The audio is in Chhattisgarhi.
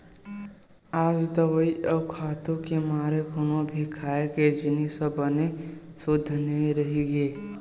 आज दवई अउ खातू के मारे कोनो भी खाए के जिनिस ह बने सुद्ध नइ रहि गे